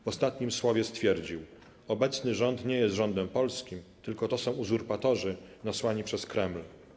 W ostatnim słowie stwierdził: Obecny rząd nie jest rządem polskim, tylko to są uzurpatorzy nasłani przez Kreml.